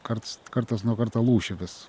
karts kartas nuo karto lūšį vis